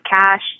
cash